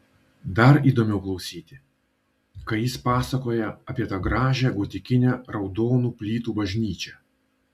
dar įdomiau klausyti kai jis pasakoja apie tą gražią gotikinę raudonų plytų bažnyčią